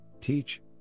teach